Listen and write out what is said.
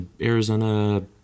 Arizona